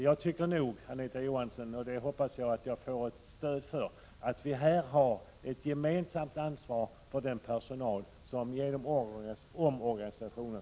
Jag tycker, Anita Johansson, och det hoppas jag att jag får ett stöd för, att vi här har ett gemensamt ansvar för den personal som friställs genom omorganisationen.